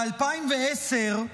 ב-2010,